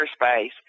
airspace